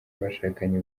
abashakanye